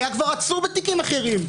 היה כבר עצור בתיקים אחרים.